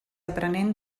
aprenent